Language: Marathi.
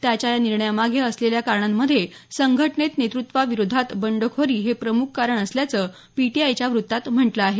त्याच्या या निर्णयामागे असलेल्या कारणांमध्ये संघटनेत नेतृत्वाविरोधात बंडखोरी हे प्रमुख कारण असल्याचं पीटीआयच्या व्रत्तात म्हटलं आहे